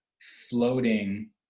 floating